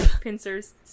Pincers